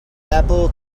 apple